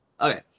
Okay